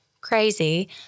crazy